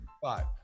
Five